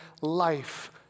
life